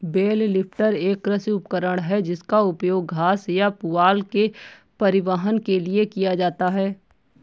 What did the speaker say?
bell lifter एक कृषि उपकरण है जिसका उपयोग घास या पुआल के परिवहन के लिए किया जाता है